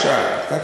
מה השעה?